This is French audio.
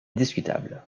discutable